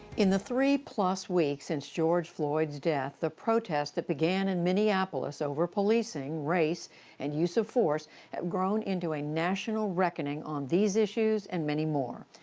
in the three-plus weeks since george floyd's death, the protests that began in minneapolis over policing, race and use of force have grown into a national reckoning on these issues and many more.